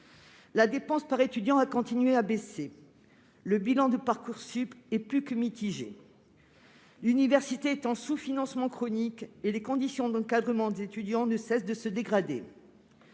les dépenses par étudiant ont ainsi continué de baisser ; le bilan de Parcoursup est plus que mitigé ; l'université souffre d'un sous-financement chronique et les conditions d'encadrement des étudiants ne cessent de se dégrader